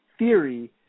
Theory